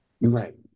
Right